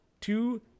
two